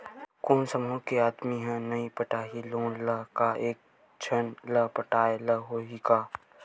कोन समूह के आदमी हा नई पटाही लोन ला का एक झन ला पटाय ला होही का?